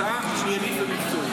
הצעה עניינית ומקצועית,